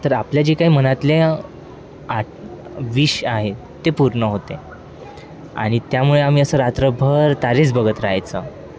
तर आपल्या जे काही मनातले आट विश आहे ते पूर्ण होते आणि त्यामुळे आम्ही असं रात्रभर तारेच बघत राहायचं